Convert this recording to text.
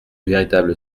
véritable